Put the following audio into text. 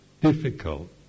difficult